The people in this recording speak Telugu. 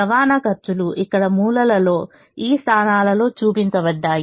రవాణా ఖర్చులు ఇక్కడ మూలలో ఈ స్థానాలలో చూపించబడ్డాయి